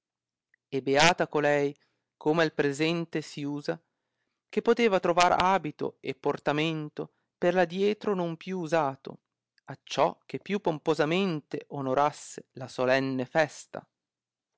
e beata colei come al presente si usa che poteva trovar abito e portamento per l adietro non più usato acciò che più pomposamente onorasse la solenne festa